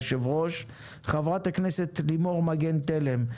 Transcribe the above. היושב-ראש; חברת הכנסת לימור מגן תלם,